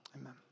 Amen